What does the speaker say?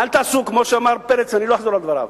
אל תעשו, כמו שאמר פרץ, ואני לא אחזור על דבריו,